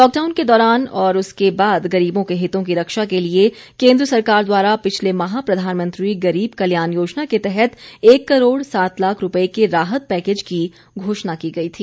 lockdown के दौरान और उसके बाद गरीबों के हितों की रक्षा के लिए केन्द्र सरकार द्वारा पिछले माह प्रधानमंत्री गरीब कल्याण योजना के तहत एक करोड़ सात लाख रुपए के राहत पैकेज की घोषणा की गई थी